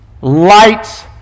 lights